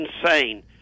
insane